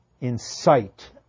incite